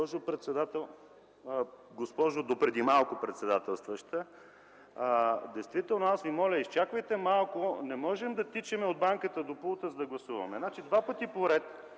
Госпожо допреди малко председателстваща! Действително Ви моля: изчаквайте малко! Не можем да тичаме от банката до пулта да гласуваме. Два пъти подред